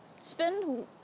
spend